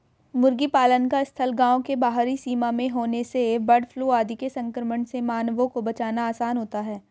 मुर्गी पालन का स्थल गाँव के बाहरी सीमा में होने से बर्डफ्लू आदि के संक्रमण से मानवों को बचाना आसान होता है